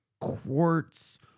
quartz